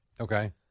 Okay